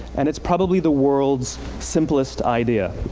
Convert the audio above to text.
and it's probably the world's simplest idea.